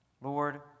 Lord